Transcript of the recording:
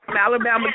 Alabama